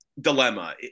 dilemma